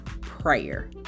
prayer